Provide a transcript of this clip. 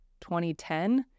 2010